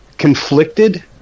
conflicted